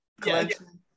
collection